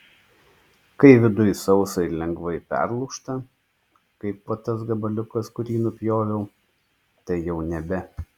kai viduj sausa ir lengvai perlūžta kaip va tas gabaliukas kurį nupjoviau tai jau nebe